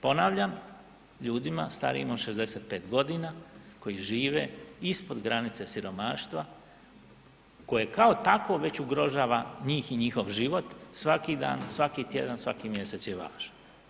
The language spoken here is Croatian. Ponavljam, ljudima starijima od 65 g. koji žive ispod granice siromaštva koje kao takvo već ugrožava njih i njihov život, svaki dan, svaki tjedan, svaki mjesec je važan.